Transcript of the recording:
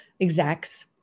execs